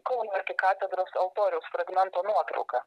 kauno arkikatedros altoriaus fragmento nuotrauka